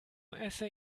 esse